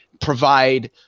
provide